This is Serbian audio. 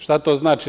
Šta to znači?